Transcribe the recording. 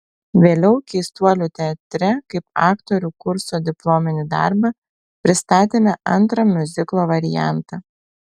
vėliau keistuolių teatre kaip aktorių kurso diplominį darbą pristatėme antrą miuziklo variantą